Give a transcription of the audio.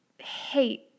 Hate